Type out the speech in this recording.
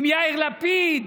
עם יאיר לפיד,